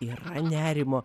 yra nerimo